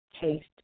taste